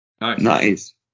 Nice